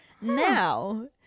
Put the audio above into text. Now